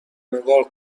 نگار